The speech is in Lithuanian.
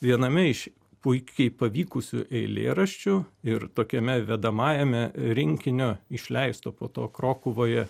viename iš puikiai pavykusių eilėraščių ir tokiame vedamajame rinkinio išleisto po to krokuvoje